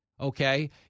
okay